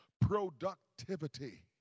productivity